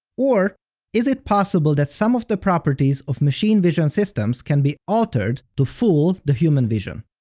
or is it possible that some of the properties of machine vision systems can be altered to fool the human vision?